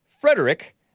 Frederick